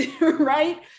right